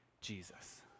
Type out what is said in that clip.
Jesus